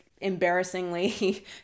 embarrassingly